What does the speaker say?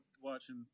watching